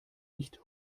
nicht